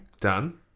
Done